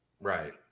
Right